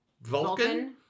Vulcan